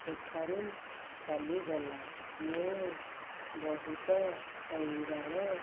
ସେଠାରୁ ଚାଲିଗଲା ମୁଁ ବହୁତ ହଇରାଣ